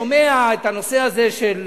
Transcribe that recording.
אני שומע את הנושא הזה של